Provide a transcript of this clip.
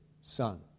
son